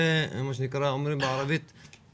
בערבית אומרים: